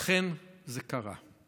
אכן, זה קרה.